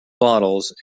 bottles